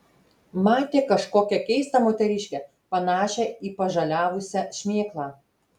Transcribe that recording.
matė kažkokią keistą moteriškę panašią į pažaliavusią šmėklą